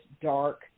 dark